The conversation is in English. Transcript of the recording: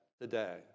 today